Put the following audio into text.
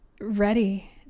ready